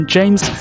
James